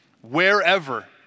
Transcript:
wherever